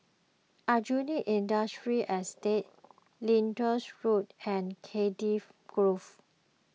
Aljunied Industrial Estate Lyndhurst Road and Cardiff Grove